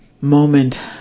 moment